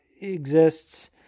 exists